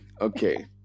Okay